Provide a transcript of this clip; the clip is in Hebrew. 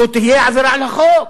זו תהיה עבירה על החוק,